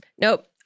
Nope